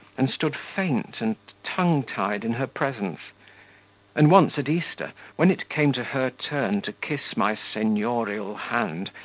and stood faint and tongue-tied in her presence and once at easter, when it came to her turn to kiss my seignorial hand,